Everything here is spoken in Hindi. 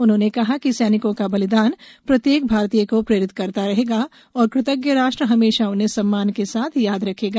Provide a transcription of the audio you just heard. उन्होंने कहा कि सैनिकों का बलिदान प्रत्येक भारतीय को प्रेरित करता रहेगा और कृतज्ञ राष्ट्र हमेशा उन्हें सम्मान के साथ याद रखेगा